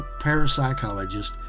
parapsychologist